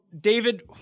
David